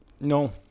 no